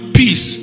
peace